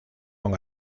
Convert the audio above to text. con